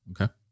Okay